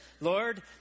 Lord